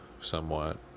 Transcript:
somewhat